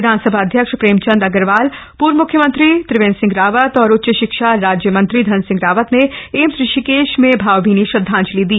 विधानसभा अध्यक्ष प्रेमचंद अग्रवाल पूर्व म्ख्यमंत्री त्रिवेंद्र सिंह रावत और उच्च शिक्षा राज्य मंत्री धन सिंह रावत ने एम्स ऋषिकेश में भावभीनी श्रद्धांजलि दी